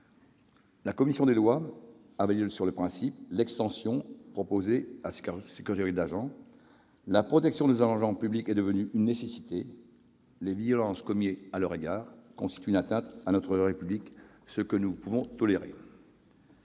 La commission des lois a validé, sur le principe, l'extension proposée à ces deux catégories d'agents. La protection de nos agents publics est devenue une nécessité. Les violences commises à leur égard constituent en effet une atteinte à notre République, ce que nous ne pouvons tolérer